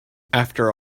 after